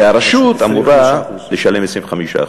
והרשות אמורה לשלם 25%,